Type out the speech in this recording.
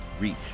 reach